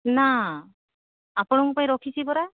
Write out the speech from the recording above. ନା ଆପଣଙ୍କ ପାଇଁ ରଖିଛି ପରା